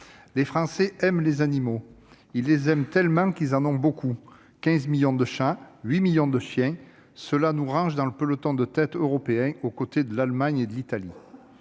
les Français aiment les animaux. Ils les aiment tellement qu'ils en possèdent beaucoup : 15 millions de chats, 8 millions de chiens. Voilà des chiffres qui placent la France dans le peloton de tête européen aux côtés de l'Allemagne et de l'Italie.